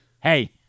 Hey